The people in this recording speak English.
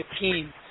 team